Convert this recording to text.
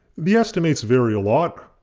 the estimates vary a lot,